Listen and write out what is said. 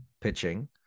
pitching